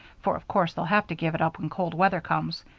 for of course they'll have to give it up when cold weather comes.